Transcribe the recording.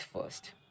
first